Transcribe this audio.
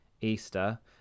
Easter